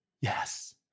Yes